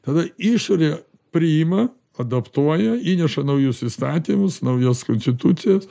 tada išorėje priima adaptuoja įneša naujus įstatymus naujas konstitucijas